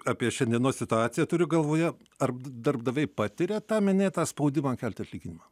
apie šiandienos situaciją turiu galvoje ar darbdaviai patiria tą minėtą spaudimą kelti atlyginimą